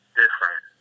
different